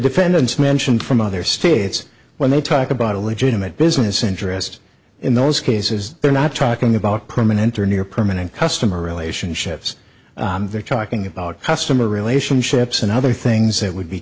defendants mentioned from other states when they talk about a legitimate business interest in those cases they're not talking about permanent or near permanent customer relationships they're talking about customer relationships and other things that would be